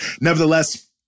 Nevertheless